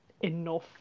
enough